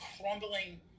crumbling